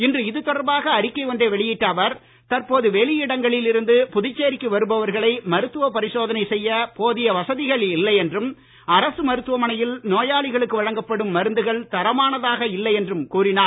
இன்று இதுதொடர்பாக அறிக்கை ஒன்றை வெளியிட்ட அவர் தற்போது வெளி இடங்களில் இருந்து புதுச்சேரிக்கு வருபவர்களை மருத்துவ பரிசோதனை செய்ய போதிய வசதிகள் இல்லை என்றும் அரசு மருத்துவமனையில் நோயாளிகளுக்கு வழங்கப்படும் மருந்துகள் தரமானதாக இல்லை என்றும் கூறினார்